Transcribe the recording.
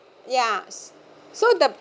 ya so the